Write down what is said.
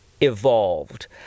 evolved